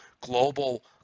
global